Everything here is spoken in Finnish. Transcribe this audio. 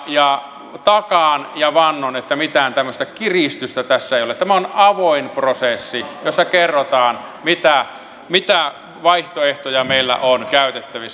ja takaan ja vannon että mitään tämmöistä kiristystä tässä ei ole tämä on avoin prosessi jossa kerrotaan mitä vaihtoehtoja meillä on käytettävissä